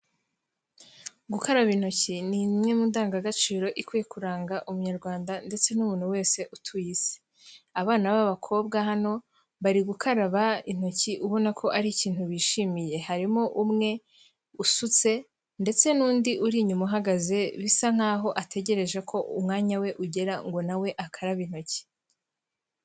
Gukaraba intoki ni imwe mu ndangagaciro ikwiye kuranga Umunyarwanda ndetse n'umuntu wese utuye Isi. Abana b'abakobwa hano, bari gukaraba intoki ubona ko ari ikintu bishimiye, harimo umwe usutse ndetse n'undi uri inyuma uhagaze, bisa nk'aho ategereje ko umwanya we ugera ngo nawe akarabe intoki.